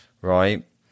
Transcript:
right